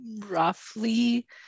roughly